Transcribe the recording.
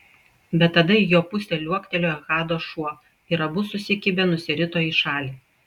bet tada į jo pusę liuoktelėjo hado šuo ir abu susikibę nusirito į šalį